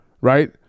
right